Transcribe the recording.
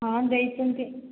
ହଁ ଦେଇଛନ୍ତି